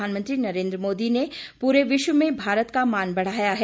प्रधानमंत्री नरेंद्र मोदी ने पूरे विश्व में भारत का मान बढ़ाया है